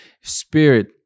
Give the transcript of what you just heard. Spirit